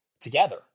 together